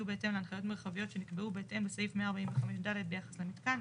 יהיו בהתאם להנחיות מרחביות שנקבעו בהתאם לסעיף 145 ד ביחס למיתקן,